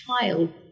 child